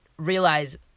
realize